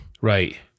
Right